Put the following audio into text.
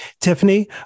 Tiffany